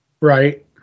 right